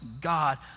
God